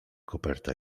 koperta